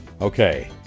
Okay